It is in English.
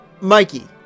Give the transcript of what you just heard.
Mikey